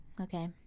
okay